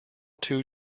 two